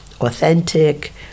authentic